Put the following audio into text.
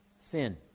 Sin